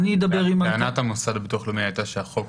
טענת המוסד לביטוח לאומי הייתה שהחוק